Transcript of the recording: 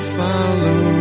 follow